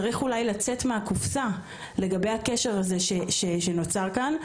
צריך אולי לצאת מהקופסה לגבי הקשר הזה שנוצר כאן,